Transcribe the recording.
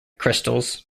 crystals